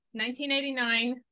1989